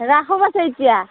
ৰাখো পাছে এতিয়া